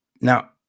Now